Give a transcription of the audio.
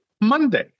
Monday